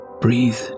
breathe